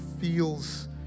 feels